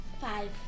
Five